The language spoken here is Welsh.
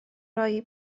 roi